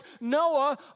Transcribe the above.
Noah